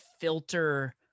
filter